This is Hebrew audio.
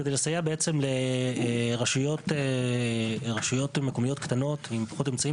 כדי לסייע לרשויות מקומיות קטנות ועם פחות אמצעים